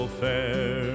fair